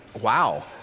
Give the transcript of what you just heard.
Wow